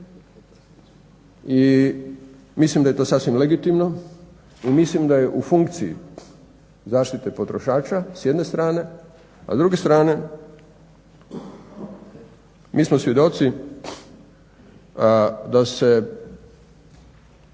I mislim da je to sasvim legitimno i mislim da je u funkciji zaštite potrošača s jedne strane, a s druge strane mi smo svjedoci da se